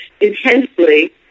intensely